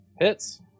Hits